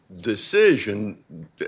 decision